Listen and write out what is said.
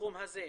בתחום הזה.